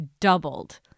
doubled